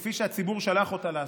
כפי שהציבור שלח אותה לעשות,